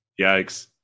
yikes